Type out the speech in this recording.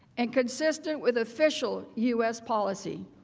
and consistent with official u s. policy.